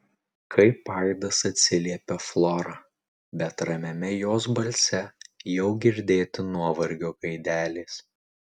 kaip aidas atsiliepia flora bet ramiame jos balse jau girdėti nuovargio gaidelės